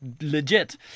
legit